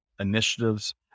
initiatives